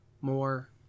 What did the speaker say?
more